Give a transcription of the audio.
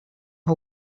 who